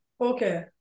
Okay